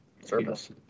service